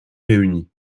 réuni